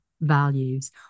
values